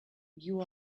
you